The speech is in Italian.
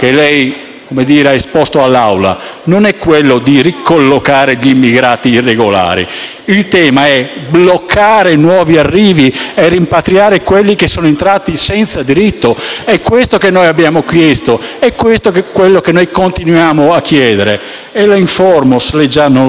che lei ha esposto all'Aula non è quello di ricollocare gli immigrati regolari, il tema è bloccare i nuovi arrivi e rimpatriare quelli che sono entrati senza diritto. È questo che abbiamo chiesto ed è questo che continuiamo a chiedere. E la informo, se lei già non lo sa,